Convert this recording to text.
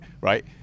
Right